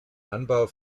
anbau